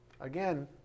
Again